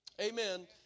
Amen